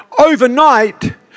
overnight